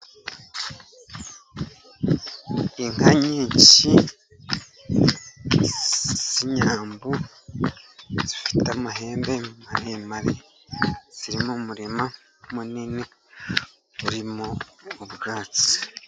Inka nyinshi z’inyambo zifite amahembe maremare, ziri mu murima munini urimo ubwatsi.